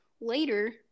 later